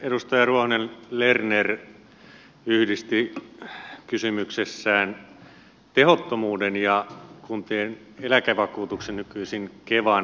edustaja ruohonen lerner yhdisti kysymyksessään tehottomuuden ja kuntien eläkevakuutuksen nykyisen kevan